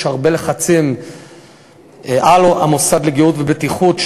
יש הרבה לחצים על המוסד לבטיחות ולגהות,